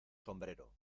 sombrero